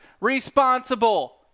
responsible